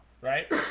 right